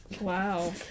Wow